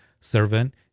servant